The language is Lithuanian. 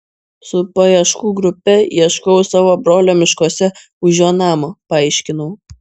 su paieškų grupe ieškojau savo brolio miškuose už jo namo paaiškinau